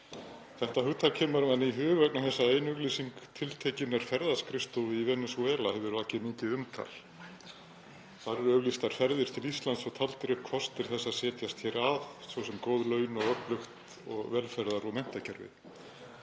Þetta hugtak kemur manni í hug vegna þess að ein auglýsing tiltekinnar ferðaskrifstofu í Venesúela hefur vakið mikið umtal. Þar eru auglýstar ferðir til Íslands og taldir upp kostir þess að setjast hér að, svo sem góð laun og öflugt velferðar- og menntakerfi.